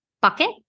bucket